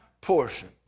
portion